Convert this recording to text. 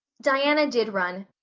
diana did run.